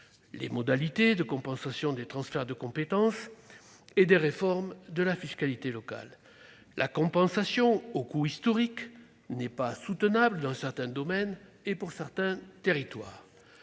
les modalités de compensation des transferts de compétences et des réformes de la fiscalité locale, la compensation au coût historique n'étant pas soutenable dans certains domaines et pour certains territoires